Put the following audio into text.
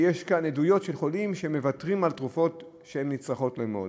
יש כאן עדויות של חולים שמוותרים על תרופות שהן נצרכות להם מאוד.